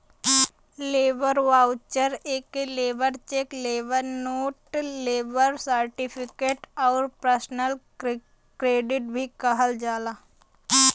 labour voucher एके labour cheque, labour note, labour certificate आउर personal credit भी कहल जाला